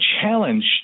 challenge